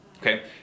Okay